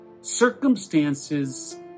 circumstances